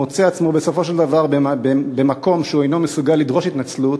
מוצא עצמו בסופו של דבר במקום שהוא אינו מסוגל לדרוש התנצלות